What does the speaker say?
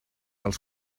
als